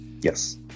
Yes